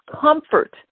comfort